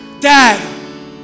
dad